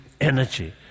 energy